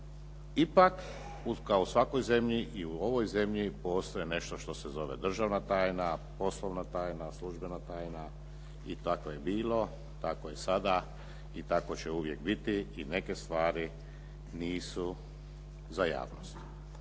ipak kao i u svakoj zemlji i u ovoj zemlji postoji nešto što se zove državna tajna, poslovna tajna, službena tajna i tako je bilo, tako je sada i tako će uvijek biti i neke stvari nisu za javnost.